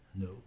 No